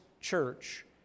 Church